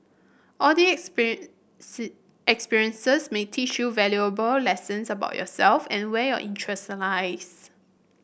all these experiences may teach you valuable lessons about yourself and where your interest lies